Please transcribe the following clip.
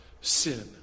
sin